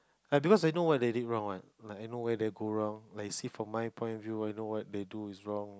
like because I know what they did wrong what like I know where they go wrong like you see from my point of view I know what they do is wrong